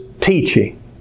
teaching